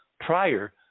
prior